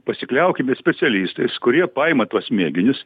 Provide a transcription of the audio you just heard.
pasikliaukime specialistais kurie paima tuos mėginius